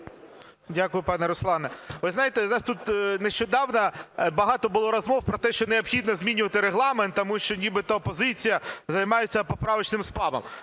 Дякую, пане Руслане. Ви знаєте, в нас тут нещодавно багато було розмов про те, що необхідно змінювати Регламент, тому що нібито опозиція займається поправочним спамом.